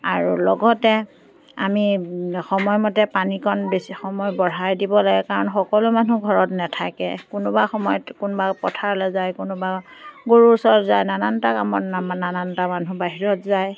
আৰু লগতে আমি সময়মতে পানীকণ বেছি সময় বঢ়াই দিব লাগে কাৰণ সকলো মানুহ ঘৰত নেথাকে কোনোবা সময়ত কোনোবা পথাৰলৈ যায় কোনোবা গৰুৰ ওচৰত যায় নানানটা কামত নামা নানানটা মানুহ বাহিৰত যায়